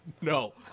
No